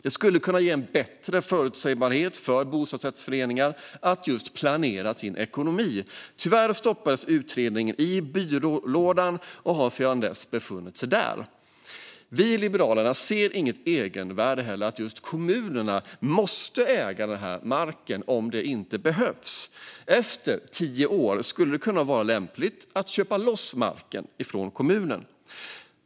Det skulle kunna ge bostadsrättsföreningar en bättre förutsägbarhet när det gäller att planera sin ekonomi. Tyvärr stoppades utredningen i byrålådan och har sedan dess befunnit sig där. Vi i Liberalerna ser heller inget egenvärde i att just kommunerna måste äga marken om det inte behövs. Efter tio år skulle det kunna vara lämpligt att få köpa loss marken från kommunen.